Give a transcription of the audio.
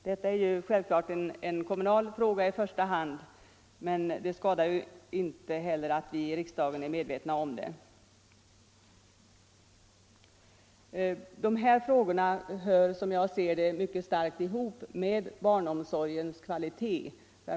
Detta är självfallet i första hand en kommunal fråga, men det skadar inte att också vi i riksdagen är medvetna om den. De här frågorna hör, som jag ser det, mycket starkt ihop med barnomsorgens kvalitet.